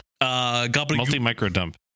Multi-micro-dump